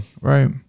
Right